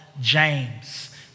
James